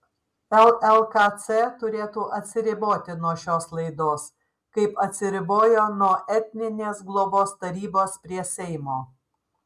llkc turėtų atsiriboti nuo šios laidos kaip atsiribojo nuo etninės globos tarybos prie seimo